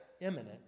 imminent